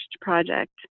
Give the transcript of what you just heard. project